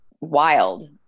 wild